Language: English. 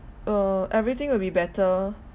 uh everything will be better